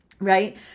Right